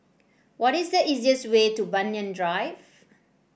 what is the easiest way to Banyan Drive